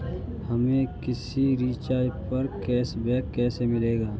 हमें किसी रिचार्ज पर कैशबैक कैसे मिलेगा?